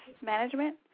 management